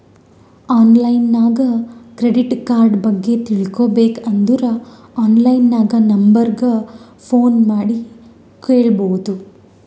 online ನಾಗ್ credit card ಬಗ್ಗೆ ತಿಳ್ಕೋಬೇಕ್ ಅಂದುರ್ ಆನ್ಲೈನ್ ನಾಗ್ ನಂಬರ್ ಗ ಫೋನ್ ಮಾಡಿ ಕೇಳ್ಬೋದು